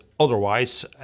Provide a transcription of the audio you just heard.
Otherwise